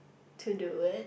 to do it